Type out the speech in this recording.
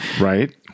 Right